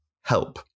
help